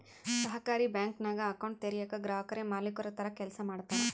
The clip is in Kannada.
ಸಹಕಾರಿ ಬ್ಯಾಂಕಿಂಗ್ನಾಗ ಅಕೌಂಟ್ ತೆರಯೇಕ ಗ್ರಾಹಕುರೇ ಮಾಲೀಕುರ ತರ ಕೆಲ್ಸ ಮಾಡ್ತಾರ